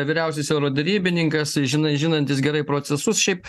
vyriausiasis euroderybininkas žinai žinantis gerai procesus šiaip